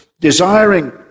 desiring